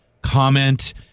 comment